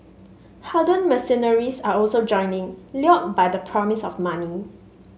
hardened mercenaries are also joining lured by the promise of money